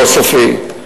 לא סופי.